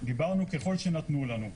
דיברנו ככל שנתנו לנו.